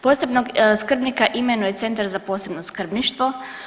Posebnog skrbnika imenuje Centar za posebno skrbništvo.